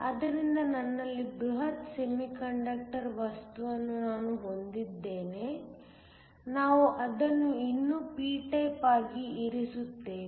ಆದ್ದರಿಂದ ನನ್ನಲ್ಲಿ ಬೃಹತ್ ಸೆಮಿಕಂಡಕ್ಟರ್ ವಸ್ತುವನ್ನು ನಾನು ಹೊಂದಿದ್ದೇನೆ ನಾವು ಅದನ್ನು ಇನ್ನೂ p ಟೈಪ್ ಆಗಿ ಇರಿಸುತ್ತೇವೆ